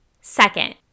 Second